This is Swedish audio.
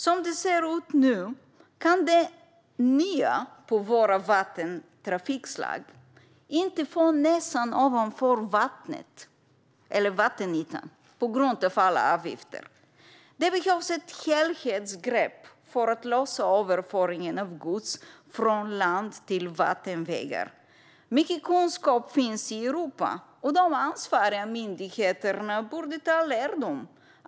Som det ser ut nu kan detta trafikslag, som är nytt på våra vatten, inte få näsan ovanför vattenytan på grund av alla avgifter. Det behövs ett helhetsgrepp för att lösa överföringen av gods från land till vattenvägar. Mycket kunskap finns i Europa, och de ansvariga myndigheterna borde dra nytta av det.